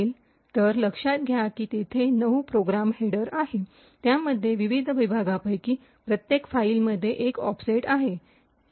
तर लक्षात घ्या की तेथे ९ प्रोग्राम हेडर आहेत त्यामध्ये विविध विभागांपैकी प्रत्येक फाईलमध्ये एक ऑफसेट आहे